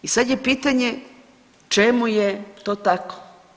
I sad je pitanje čemu je to tako?